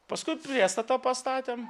paskui priestatą pastatėm